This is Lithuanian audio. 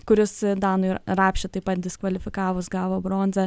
kuris danui rapšį taip pat diskvalifikavus gavo bronzą